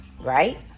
right